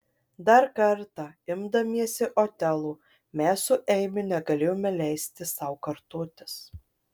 dar kartą imdamiesi otelo mes su eimiu negalėjome leisti sau kartotis